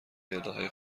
الهه